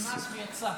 נכנס ויצא.